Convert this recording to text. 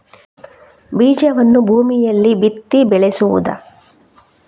ಬೀಜವನ್ನು ಭೂಮಿಯಲ್ಲಿ ಬಿತ್ತಿ ಬೆಳೆಸುವುದಾ?